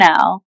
now